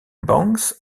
banks